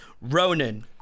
Ronan